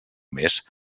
mes